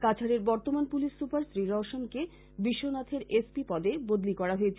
কাছাড়ের বর্তমান police super Shri রৌশনকে বিশ্বনাথের এস পি পদে বদলী করা হয়েছে